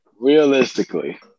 Realistically